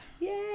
Yay